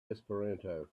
esperanto